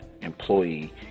employee